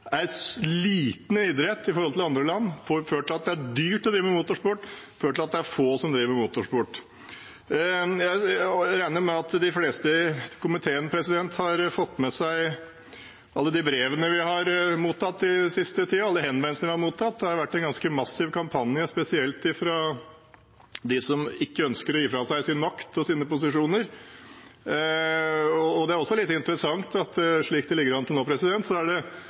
er en liten idrett i forhold til i andre land, ført til at det er dyrt å drive med motorsport, ført til at det er få som driver med motorsport. Jeg regner med at de fleste i komiteen har fått med seg alle de brevene vi har mottatt den siste tiden, alle henvendelsene vi har mottatt. Det har vært en ganske massiv kampanje, spesielt fra dem som ikke ønsker å gi fra seg sin makt og sine posisjoner. Det er også litt interessant at slik det ligger an til nå, er det